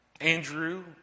Andrew